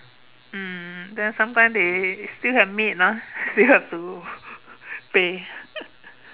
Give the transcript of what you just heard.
um then sometimes they still have maid ah they have to pay